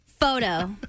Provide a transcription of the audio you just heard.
photo